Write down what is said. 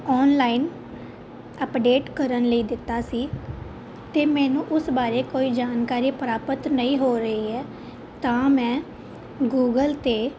online update ਕਰਨ ਲਈ ਦਿੱਤਾ ਸੀ ਅਤੇ ਮੈਨੂੰ ਉਸ ਬਾਰੇ ਕੋਈ ਜਾਣਕਾਰੀ ਪ੍ਰਾਪਤ ਨਹੀਂ ਹੋ ਰਹੀ ਹੈ ਤਾਂ ਮੈਂ ਗੂਗਲ 'ਤੇ